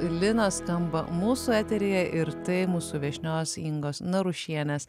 linas skamba mūsų eteryje ir tai mūsų viešnios ingos narušienės